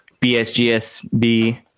BSGSB